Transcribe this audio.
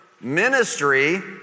ministry